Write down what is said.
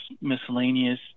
miscellaneous